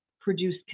produce